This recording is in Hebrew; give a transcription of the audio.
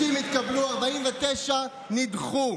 60 התקבלו, 49 נדחו.